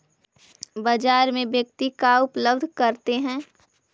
बाजार में व्यक्ति का उपलब्ध करते हैं?